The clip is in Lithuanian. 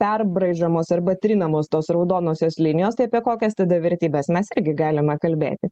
perbraižomos arba trinamos tos raudonosios linijos tai apie kokias tada vertybes mes irgi galima kalbėti